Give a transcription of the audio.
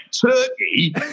turkey